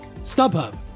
StubHub